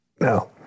No